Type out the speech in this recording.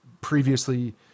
previously